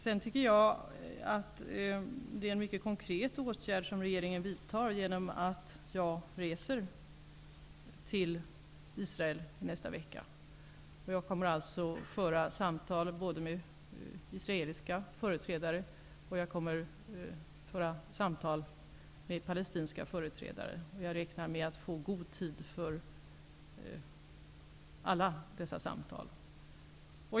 Regeringen vidtar en mycket konkret åtgärd genom att jag skall resa till Israel nästa vecka. Jag kommer då att föra samtal både med israeliska företrädare och med palestinska företrädare. Jag räknar med att få god tid för alla dessa samtal.